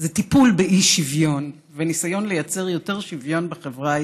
הוא טיפול באי-שוויון וניסיון לייצר יותר שוויון בחברה הישראלית,